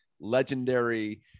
legendary